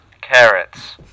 carrots